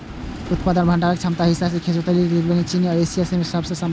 उत्पादन आ भंडारण क्षमताक हिसाबें खतौली त्रिवेणी चीनी मिल एशिया मे सबसं पैघ छै